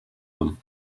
them